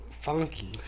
funky